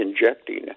injecting